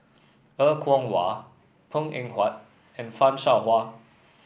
Er Kwong Wah Png Eng Huat and Fan Shao Hua